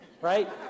right